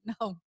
No